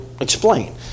explain